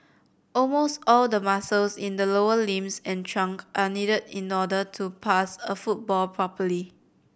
almost all the muscles in the lower limbs and trunk are needed in order to pass a football properly